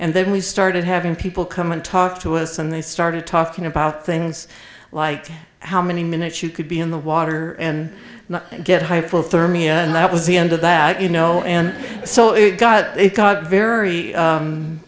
and then we started having people come and talk to us and they started talking about things like how many minutes you could be in the water and not get hypothermia and that was the end of that you know and so it got it got very